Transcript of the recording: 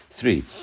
three